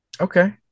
Okay